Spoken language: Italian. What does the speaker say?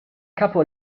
capo